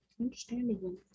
Understandable